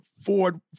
Ford